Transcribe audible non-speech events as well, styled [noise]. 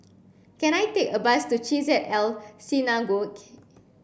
can I take a bus to Chesed El Synagogue [unintelligible]